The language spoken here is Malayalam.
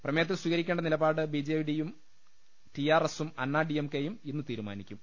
പ്രമേയത്തിൽ സ്വീകരിക്കേണ്ട നിലപാട് ബി ജെ ഡിയും ടി ആർ എസും അന്നാ ഡി എം കെയും ഇന്ന് തീരുമാനിക്കും